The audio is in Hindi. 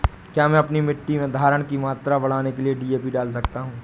क्या मैं अपनी मिट्टी में धारण की मात्रा बढ़ाने के लिए डी.ए.पी डाल सकता हूँ?